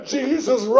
Jesus